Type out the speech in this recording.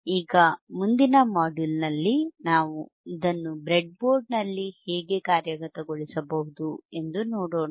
ಈಗ ಮುಂದಿನ ಮಾಡ್ಯೂಲ್ನಲ್ಲಿ ನಾವು ಇದನ್ನು ಬ್ರೆಡ್ಬೋರ್ಡ್ನಲ್ಲಿ ಹೇಗೆ ಕಾರ್ಯಗತಗೊಳಿಸಬಹುದು ಎಂದು ನೋಡೋಣ